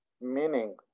meaning